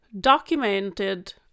documented